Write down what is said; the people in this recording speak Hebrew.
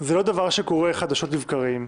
זה לא דבר שקורה חדשות לבקרים.